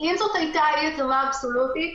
אם זו הייתה אי-התאמה אבסולוטית,